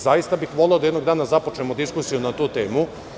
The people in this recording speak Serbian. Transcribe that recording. Zaista bih voleo da jednog dana započnemo diskusiju na tu temu.